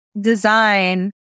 design